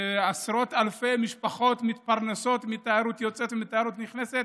עשרות אלפי משפחות מתפרנסות מתיירות יוצאת ותיירות נכנסת,